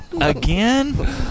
Again